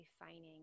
refining